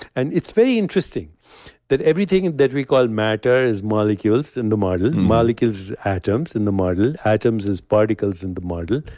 and it's very interesting that everything and that we call matter is molecules in the models. and molecules is atoms in the model. atoms is particles in the model.